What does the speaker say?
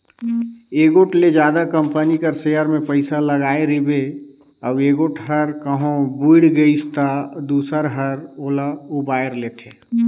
एगोट ले जादा कंपनी कर सेयर में पइसा लगाय रिबे अउ एगोट हर कहों बुइड़ गइस ता दूसर हर ओला उबाएर लेथे